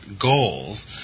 goals